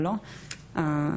או לא,